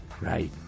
Right